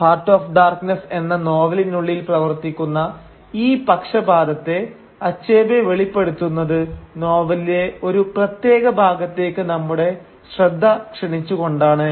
'heart of darkness' എന്ന നോവലിനുള്ളിൽ പ്രവർത്തിക്കുന്ന ഈ പക്ഷപാതത്തെ അച്ചേബെ വെളിപ്പെടുത്തുന്നത് നോവലിലെ ഒരു പ്രത്യേക ഭാഗത്തേക്ക് നമ്മുടെ ശ്രദ്ധ ക്ഷണിച്ചു കൊണ്ടാണ്